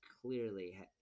clearly –